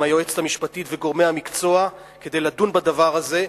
היועצת המשפטית וגורמי המקצוע כדי לדון בדבר הזה.